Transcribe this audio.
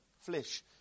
flesh